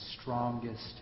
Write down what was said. strongest